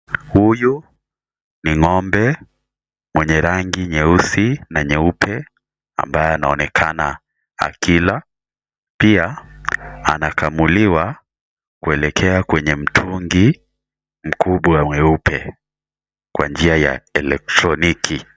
Huyu ni ngombe mwenye rangi nyeusi na nyeupe, ambaye anaonekana akila. Pia, anakamuliwa kuelekea kwenye mtungi mkubwa weupe kwa njia ya elektroniki.